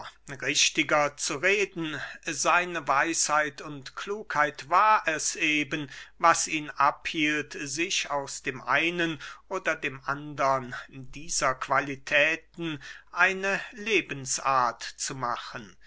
richtiger zu reden seine weisheit und klugheit war es eben was ihn abhielt sich aus dem einen oder dem andern dieser qualitäten eine lebensart zu machen